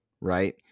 right